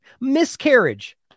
Miscarriage